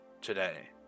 today